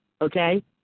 Okay